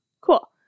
Cool